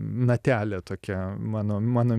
natelė tokia mano mano